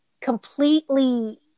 completely